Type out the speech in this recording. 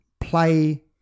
play